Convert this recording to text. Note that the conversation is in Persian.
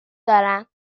دارم